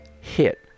hit